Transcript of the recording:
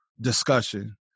discussion